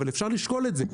אבל אפשר לשקול את זה.